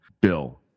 Bill